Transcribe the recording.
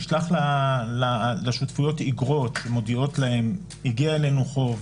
נשלח לשותפויות איגרות שמודיעות להם: הגיע אלינו חוב,